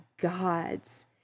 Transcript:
God's